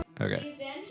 Okay